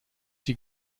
die